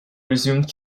resumed